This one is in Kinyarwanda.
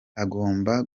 agomba